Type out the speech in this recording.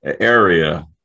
area